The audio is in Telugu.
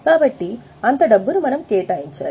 కాబట్టి అంత డబ్బును మనం కేటాయించాలి